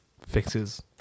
fixes